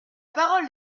parole